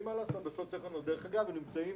דרך אגב, הם נמצאים